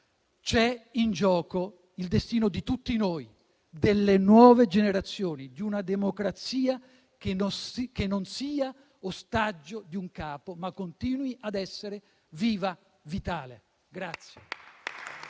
c'è in gioco il destino di tutti noi, delle nuove generazioni, di una democrazia che non sia ostaggio di un capo, ma continui ad essere viva e vitale.